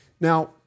Now